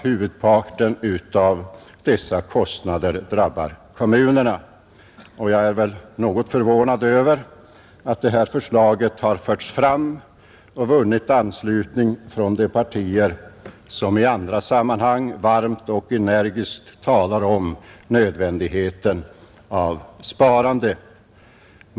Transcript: Huvudparten av dessa kostnader drabbar kommunerna, Jag är något förvånad över att detta förslag har förts fram av och vunnit anslutning från de partier som i andra sammanhang varmt och energiskt talar om nödvändigheten av sparande.